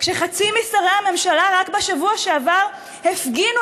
כשחצי משרי הממשלה רק בשבוע שעבר הפגינו